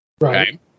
Right